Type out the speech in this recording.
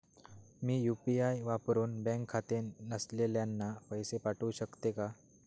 मी UPI वापरुन bank खाते नसलेल्यांना पैसे पाठवू शकते का?